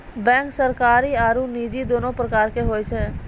bank सरकारी आरो निजी दोनो प्रकार के होय छै